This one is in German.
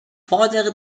fordere